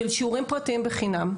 של שיעורים פרטיים בחינם.